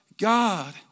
God